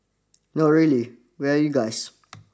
no really where are you guys